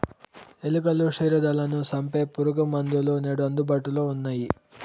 ఎలుకలు, క్షీరదాలను సంపె పురుగుమందులు నేడు అందుబాటులో ఉన్నయ్యి